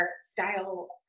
style